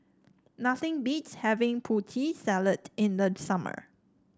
nothing beats having Putri Salad in the summer